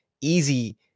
easy